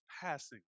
passing